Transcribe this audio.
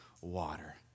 water